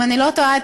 אם אני לא טועה,